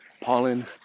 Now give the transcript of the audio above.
Pollen